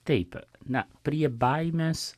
taip na prie baimės